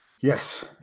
Yes